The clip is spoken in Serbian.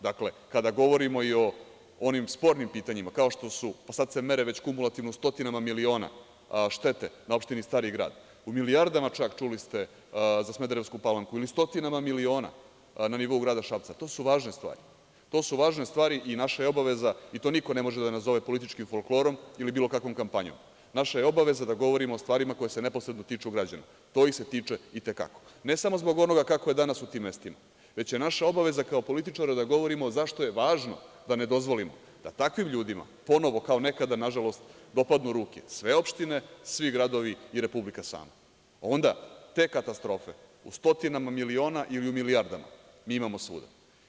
Dakle, kada govorimo i o onim spornim pitanjima kao što su, pa sad se mere već kumulativno stotinama milione štete na opštini Stari grad, u milijardama, čak, čuli ste za Smederevsku Palanku, ili stotinama miliona na nivou Grada Šapca, to su važne stvari i naša je obaveza i niko ne može da nazove političim folklorom ili bilo kakvom kampanjom, naša je obaveza da govorimo o stvarima koje se neposredni tiču građana, to ih se tiče i te kako, ne samo zbog onoga kako je danas u tim mestima, već je naša obaveza kao političara da govorimo zašto je važno da ne dozvolimo da takvim ljudima ponovo kao nekada dopadnu u ruke sve opštine, svi gradovi i Republika sama, onda te katastrofe u stotinama miliona ili u milijardama, mi imamo svuda.